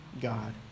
God